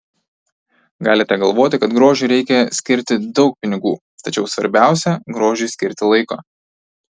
galite galvoti kad grožiui reikia skirti daug pinigų tačiau svarbiausia grožiui skirti laiko